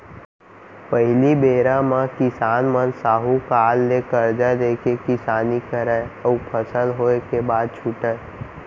पहिली बेरा म किसान मन साहूकार ले करजा लेके किसानी करय अउ फसल होय के बाद छुटयँ